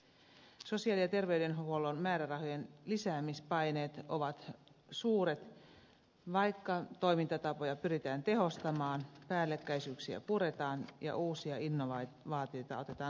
sosiaali ja terveydenhuollon määrärahojen lisäämispaineet ovat suuret vaikka toimintatapoja pyritään tehostamaan päällekkäisyyksiä puretaan ja uusia innovaatioita otetaan käyttöön